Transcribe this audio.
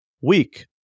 weak